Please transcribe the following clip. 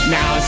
Now